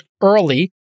early